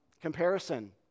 comparison